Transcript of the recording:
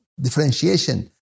differentiation